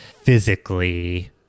physically